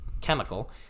chemical